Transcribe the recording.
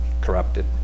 corrupted